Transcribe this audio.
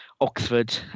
oxford